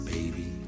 Baby